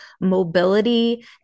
mobility